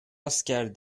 asker